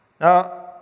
Now